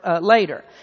later